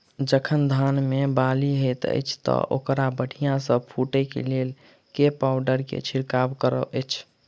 जखन धान मे बाली हएत अछि तऽ ओकरा बढ़िया सँ फूटै केँ लेल केँ पावडर केँ छिरकाव करऽ छी?